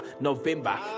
November